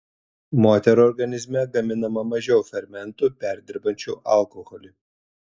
moterų organizme gaminama mažiau fermentų perdirbančių alkoholį